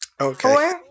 Okay